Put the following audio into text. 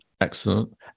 Excellent